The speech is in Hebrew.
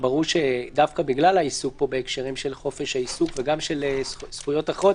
דווקא בגלל העיסוק פה בהקשרים של חופש העיסוק וגם של זכויות אחרות